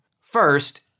First